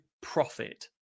profit